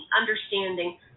understanding